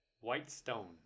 Whitestone